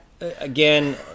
Again